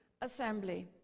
assembly